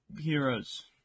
Heroes